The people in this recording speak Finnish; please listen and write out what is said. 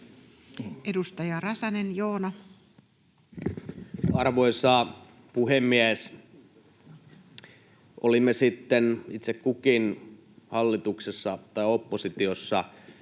20:08 Content: Arvoisa puhemies! Olimme sitten itse kukin hallituksessa tai oppositiossa, niin olisi